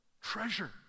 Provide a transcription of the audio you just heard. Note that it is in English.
treasure